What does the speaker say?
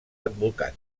advocat